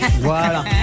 Voilà